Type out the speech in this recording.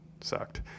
sucked